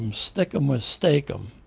um stick em with steak-um.